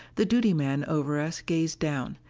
the duty man over us gazed down,